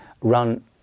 run